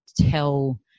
tell